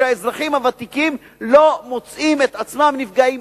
שהאזרחים הוותיקים לא מוצאים עצמם נפגעים.